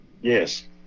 Yes